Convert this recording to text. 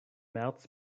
märz